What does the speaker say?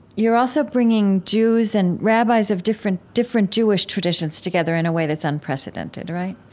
you're also bringing jews and rabbis of different different jewish traditions together in a way that's unprecedented, right?